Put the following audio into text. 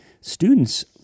students